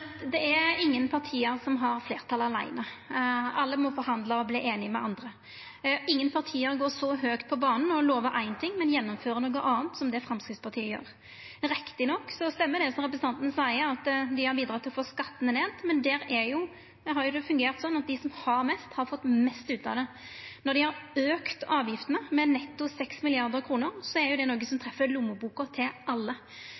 Det er ingen parti som har fleirtal aleine. Alle må forhandla og verta einige med andre. Ingen parti går så høgt på banen og lovar éin ting, men gjennomfører noko anna, som det Framstegspartiet gjer. Rett nok stemmer det som representanten seier, at dei har bidrege til å få skattane ned, men der har det fungert sånn at dei som har mest, har fått mest ut av det. Når dei har auka avgiftene med netto 6 mrd. kr, er det noko som treffer lommeboka til alle.